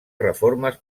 reformes